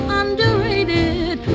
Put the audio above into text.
underrated